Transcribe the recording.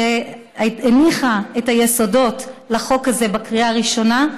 שהניחה את היסודות לחוק הזה בקריאה הראשונה,